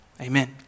Amen